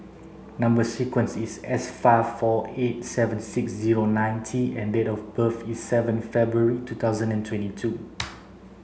number sequence is S five four eight seven six zero nine T and date of birth is seventh February two thousand and twenty two